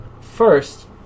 First